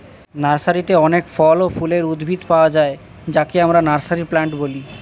নার্সারিতে অনেক ফল ও ফুলের উদ্ভিদ পাওয়া যায় যাকে আমরা নার্সারি প্লান্ট বলি